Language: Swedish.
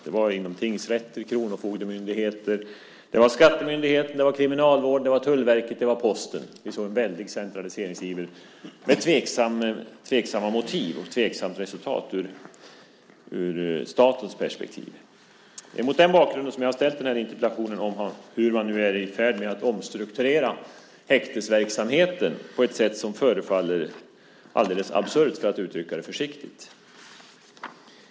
Det var inom tingsrätter, kronofogdemyndigheter, skattemyndigheter, Kriminalvården, Tullverket och Posten. Det var en väldig centraliseringsiver - med tveksamma motiv och ett tveksamt resultat ur statens perspektiv. Det är mot den bakgrunden som jag har ställt den här interpellationen om hur man nu är i färd med att omstrukturera häktesverksamheten på ett sätt som förefaller alldeles absurt för att uttrycka det försiktigt.